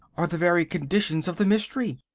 are the very conditions of the mystery.